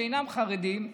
שאינם חרדים,